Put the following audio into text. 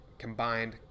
combined